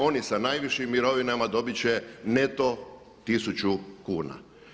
Oni sa najvišim mirovinama dobit će neto 1000 kuna.